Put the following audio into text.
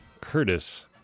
Curtis